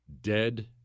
Dead